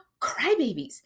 crybabies